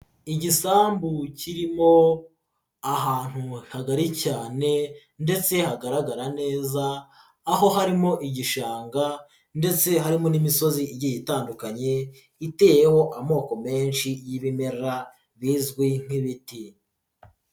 Igisambu kirimo ahantu hagari cyane ndetse hagaragara neza aho harimo igishanga ndetse harimo n'imisozi igiye itandukanye iteyeho amoko menshi y'ibimera bizwi nk'ibiti.